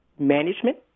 management